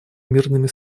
мирными